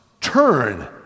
turn